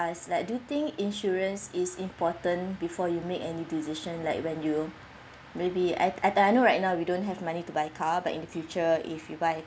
do you think insurance is important before you make any decision like when you maybe I I know right now you don't have money to buy car but in the future if you buy